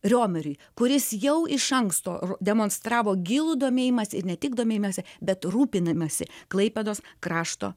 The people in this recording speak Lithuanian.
riomeriui kuris jau iš anksto ro demonstravo gilų domėjimąsi ir ne tik domėjimąsi bet rūpinimąsi klaipėdos krašto